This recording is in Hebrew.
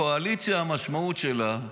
קואליציה המשמעות שלה,